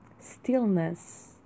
stillness